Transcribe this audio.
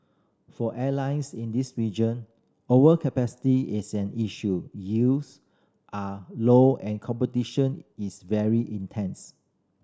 for airlines in this region overcapacity is an issue yields are low and competition is very intense